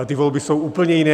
Ty volby jsou úplně jiné.